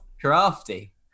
Crafty